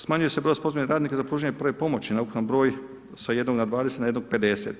Smanjuje se broj sposobnih radnika za pružanje prve pomoći na ukupan broj sa jednog na 20, na jednog 50.